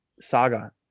saga